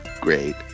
great